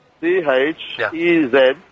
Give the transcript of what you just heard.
C-H-E-Z